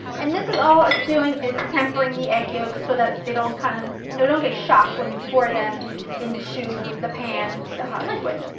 and this is all it's doing is tempering the egg yolks so that they don't kind of you know don't get shocked when you pour them into the pan with the hot liquid.